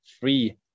free